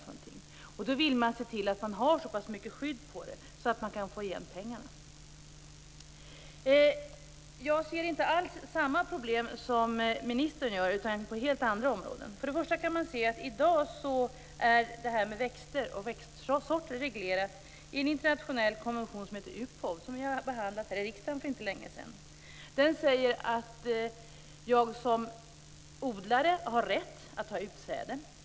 Därför vill man se till att man har så pass mycket skydd på dem att man kan få igen pengarna. Jag ser inte alls samma problem som ministern gör, utan jag tänker på helt andra områden. I dag är det här med växtsorter reglerat i en internationell konvention som heter UPOV, vilket vi behandlat här i riksdagen för inte länge sedan. I konventionen sägs att jag som odlare har rätt att ha utsäde.